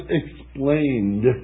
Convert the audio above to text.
explained